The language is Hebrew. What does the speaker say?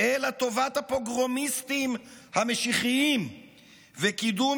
אלא טובת הפוגרומיסטים המשיחיים וקידום